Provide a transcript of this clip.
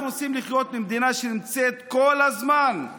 אנחנו רוצים לחיות במדינה שנמצאת כל הזמן,